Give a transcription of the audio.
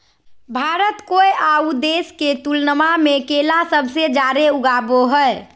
भारत कोय आउ देश के तुलनबा में केला सबसे जाड़े उगाबो हइ